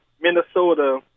Minnesota